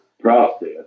process